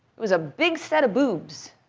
it was a big set of boobs.